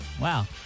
Wow